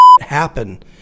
happen